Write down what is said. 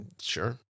Sure